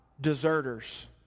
deserters